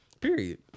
Period